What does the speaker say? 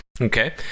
Okay